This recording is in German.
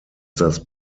das